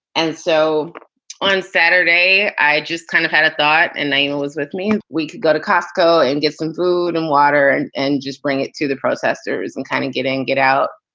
and so on saturday, i just kind of had a thought and nigel was with me. we could go to costco and get some food and water and and just bring it to the processors and kind of get in and get out.